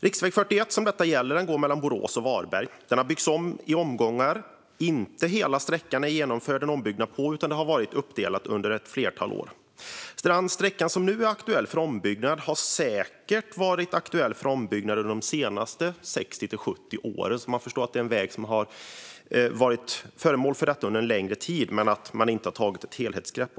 Riksväg 41, som detta gäller, går mellan Borås och Varberg. Den har byggts om i omgångar. Det har inte genomförts ombyggnader av hela sträckan, utan det har varit uppdelat under ett flertal år. Strandsträckan som nu är aktuell för ombyggnad har säkert varit aktuell för ombyggnader under de senaste 60-70 åren. Det är en väg som varit föremål för detta under en längre tid, men man har inte tagit ett helhetsgrepp.